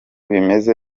bimeze